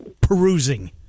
perusing